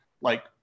like-